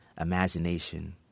imagination